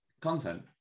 content